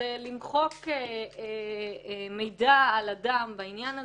כך שלמחוק מידע על אדם בעניין הזה,